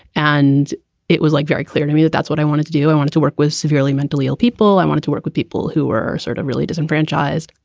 and it was like very clear to me that that's what i wanted to do. i want to work with severely mentally ill people. i wanted to work with people who were sort of really disenfranchised.